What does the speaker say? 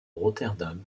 rotterdam